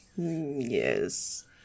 Yes